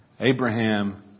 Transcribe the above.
Abraham